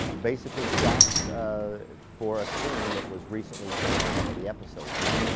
basically, shots ah for a scene that was recently shown on one of the episodes. now,